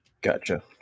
Gotcha